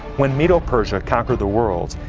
when medo-persia conquered the world,